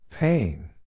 Pain